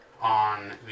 on